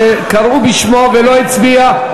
שקראו בשמו ולא הצביע?